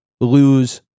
lose